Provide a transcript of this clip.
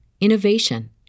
innovation